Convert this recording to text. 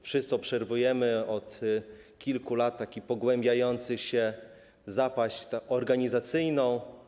Wszyscy obserwujemy od kilku lat pogłębiającą się zapaść organizacyjną.